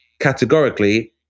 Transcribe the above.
categorically